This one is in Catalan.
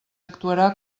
actuarà